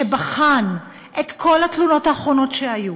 שבחן את כל התלונות האחרונות שהיו,